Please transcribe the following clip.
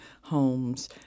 homes